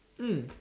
mm